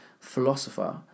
philosopher